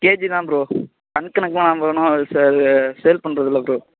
KG தான் bro ton கணக்குலாம் நம்ம ஒன்றும் ச இது சேல் பண்றதில்லை ப்ரோ